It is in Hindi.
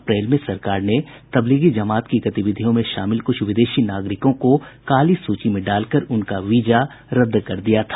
अप्रैल में सरकार ने तब्लीगी जमात की गतिविधियों में शामिल कुछ विदेशी नागरिकों को काली सूची में डालकर उनका वीजा रद्द कर दिया था